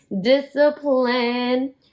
discipline